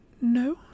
No